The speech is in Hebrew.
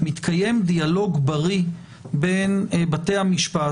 עדיין מתקיים דיאלוג בריא בין בתי המשפט,